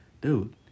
dude